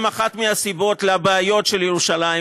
הוא אחת הסיבות לבעיות של ירושלים,